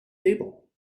table